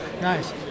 Nice